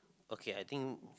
okay I think